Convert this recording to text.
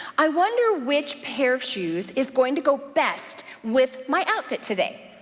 i wonder which pair of shoes is going to go best with my outfit today.